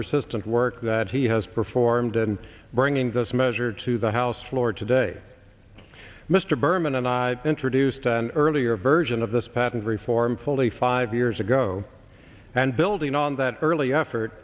persistent work that he has performed and bringing this measure to the house floor today mr berman and i introduced an earlier version of this patent reform fully five years ago and building on that early effort